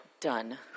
done